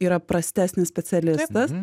yra prastesnis specialistas